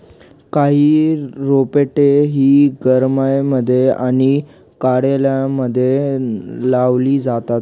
काही रोपटे ही घरांमध्ये आणि कार्यालयांमध्ये लावली जातात